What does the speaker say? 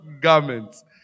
garments